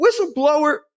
whistleblower